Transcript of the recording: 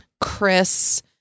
Chris